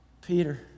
Peter